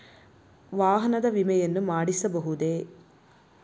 ವಾಹನದ ವಿಮೆಯನ್ನು ಮಾಡಿಸಬಹುದೇ?